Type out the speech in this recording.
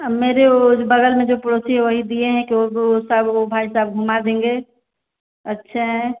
मेरे ओ बगल मे जो पड़ोसी है वही दिए हैं कि वो भाइ साब घूमा देंगे अच्छे हैं